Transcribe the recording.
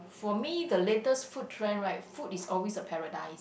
for me the latest food trend right food is always a paradise